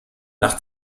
nach